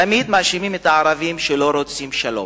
תמיד מאשימים את הערבים שהם לא רוצים שלום.